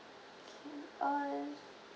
K uh